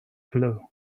clue